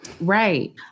Right